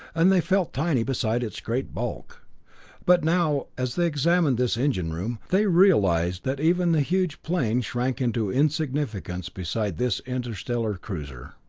and they felt tiny beside its great bulk but now, as they examined this engine room, they realized that even the huge plane shrank into insignificance beside this interstellar cruiser.